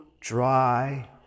dry